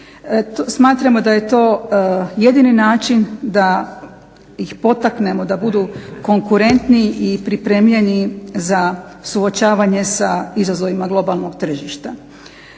Smatramo da je to jedini način da ih potaknemo da budu konkurentni i pripremljeni za suočavanje sa izazovima globalnog tržišta.